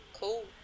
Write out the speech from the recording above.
cool